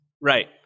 Right